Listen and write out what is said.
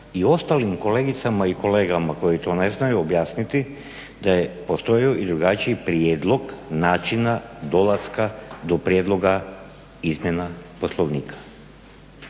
i ostalim kolegicama i kolegama koje to ne znaju objasniti da je postojao i drugačiji prijedlog načina dolaska do prijedloga izmjena Poslovnika.